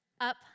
up